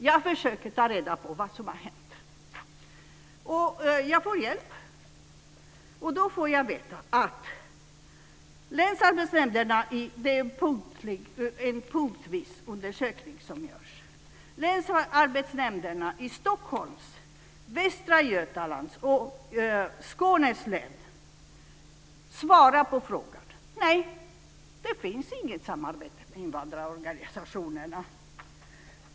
Jag försöker ta reda på vad som har hänt, och jag får hjälp. Det görs en punktvis undersökning. Jag får veta att länsarbetsnämnderna i Stockholms, Västra Götalands och Skåne län svarar så här: Nej, det finns inget samarbete med invandrarorganisationerna.